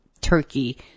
turkey